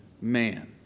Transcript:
man